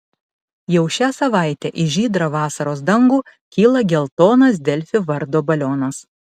jau šią savaitę į žydrą vasaros dangų kyla geltonas delfi vardo balionas